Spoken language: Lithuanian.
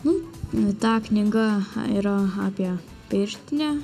nu nu ta knyga yra apie pirštinę